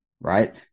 right